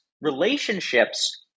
relationships